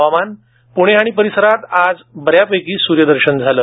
हवामान पुणे आणि परिसरात आज बऱ्यापैकी सूर्यदर्शन झालं